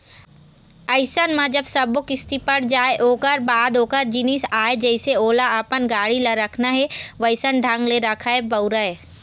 अइसन म जब सब्बो किस्ती पट जाय ओखर बाद ओखर जिनिस आय जइसे ओला अपन गाड़ी ल रखना हे वइसन ढंग ले रखय, बउरय